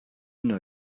know